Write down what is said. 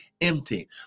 empty